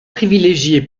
privilégié